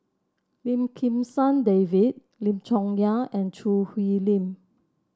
Lim Kim San David Lim Chong Yah and Choo Hwee Lim